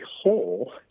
whole